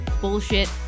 bullshit